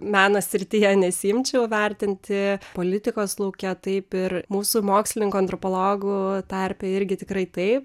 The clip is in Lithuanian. meno srityje nesiimčiau vertinti politikos lauke taip ir mūsų mokslininkų antropologų tarpe irgi tikrai taip